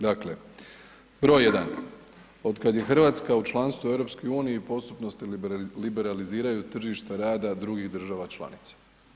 Dakle, br. 1 otkad je Hrvatska u članstvu u EU postupno se liberaliziraju tržišta rada drugih država članica.